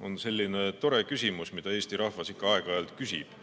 on selline tore küsimus, mida Eesti rahvas ikka aeg-ajalt küsib.